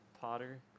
Potter